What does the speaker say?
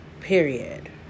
Period